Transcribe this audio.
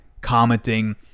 commenting